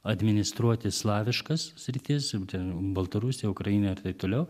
administruoti slaviškas sritis imti baltarusiją ukrainą ir taip toliau